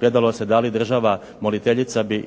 gledalo se da li država moliteljica bi